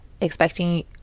expecting